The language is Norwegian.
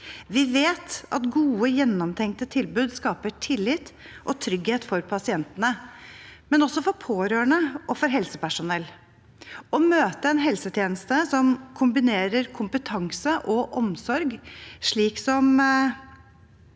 Vi vet at gode, gjennomtenkte tilbud skaper tillit og trygghet for pasientene, men også for pårørende og for helsepersonell. Å møte en helsetjeneste som kombinerer kompetanse og